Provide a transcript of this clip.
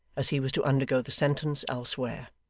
as he was to undergo the sentence elsewhere.